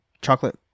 chocolate